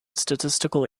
statistical